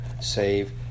save